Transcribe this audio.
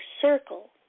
circle